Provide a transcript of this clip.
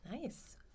Nice